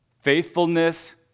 Faithfulness